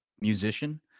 musician